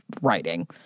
writing